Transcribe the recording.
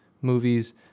movies